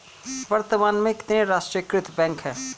वर्तमान में कितने राष्ट्रीयकृत बैंक है?